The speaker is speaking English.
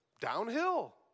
Downhill